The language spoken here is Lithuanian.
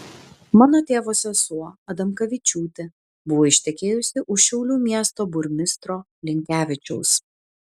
mano tėvo sesuo adamkavičiūtė buvo ištekėjusi už šiaulių miesto burmistro linkevičiaus